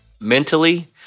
Mentally